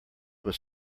was